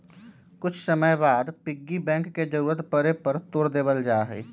कुछ समय के बाद पिग्गी बैंक के जरूरत पड़े पर तोड देवल जाहई